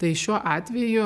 tai šiuo atveju